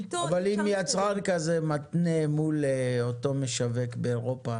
אבל אם יצרן כזה מתנה מול אותו משווק באירופה